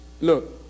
Look